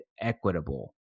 equitable